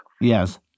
Yes